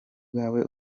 bwawe